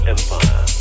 Empire